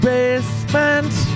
Basement